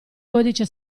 codice